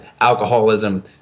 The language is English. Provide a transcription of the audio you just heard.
alcoholism